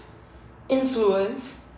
influence and